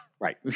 Right